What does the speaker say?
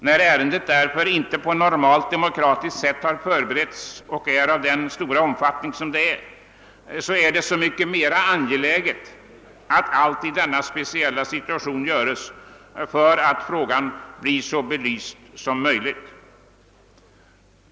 När ärendet inte har beretts på normalt demokratiskt sätt och är av så stor omfattning, är det så mycket mer angeläget att man i denna speciella situation gör allt för att frågan skall bli så väl belyst som möjligt.